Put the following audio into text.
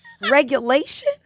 Regulation